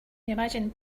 imagine